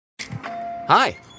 Hi